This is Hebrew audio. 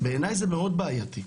בעיניי זה מאוד בעייתי.